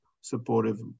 supportive